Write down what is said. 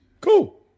Cool